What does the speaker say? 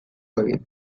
egin